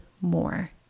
more